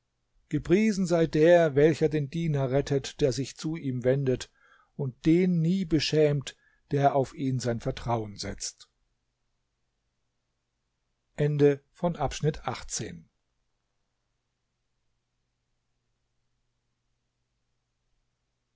gepriesen sei der welcher den diener rettet der sich zu ihm wendet und den nie beschämt der auf ihn sein vertrauen setzt